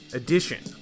edition